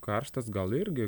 karštas gal irgi